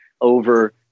over